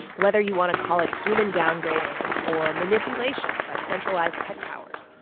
whether you want to call it human downgrading or manipulation by centralized tech powers,